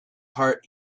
heart